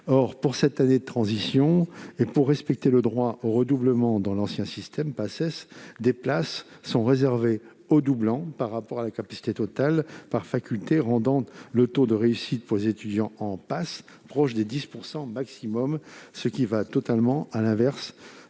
Or, pour cette année de transition et pour respecter le droit au redoublement dans l'ancien système Paces, des places sont réservées aux redoublants au regard de la capacité totale par faculté, ce qui rend le taux de réussite pour les étudiants en PASS proche de 10 %. Voilà qui va totalement à l'inverse